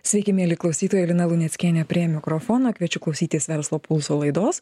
sveiki mieli klausytojai lina luneckienė prie mikrofono kviečiu klausytis verslo pulso laidos